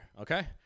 okay